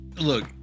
Look